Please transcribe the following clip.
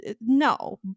no